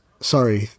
sorry